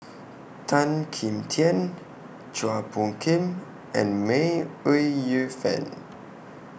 Tan Kim Tian Chua Phung Kim and May Ooi Yu Fen